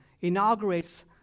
inaugurates